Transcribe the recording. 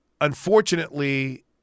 unfortunately